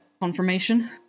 confirmation